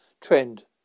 trend